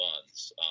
months